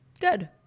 Good